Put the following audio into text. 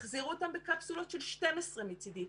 תחזירו אותם בקפסולות של 12 מצדי.